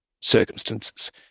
circumstances